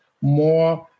more